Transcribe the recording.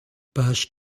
page